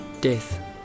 Death